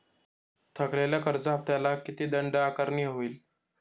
थकलेल्या कर्ज हफ्त्याला किती दंड आकारणी होईल?